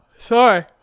Sorry